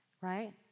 Right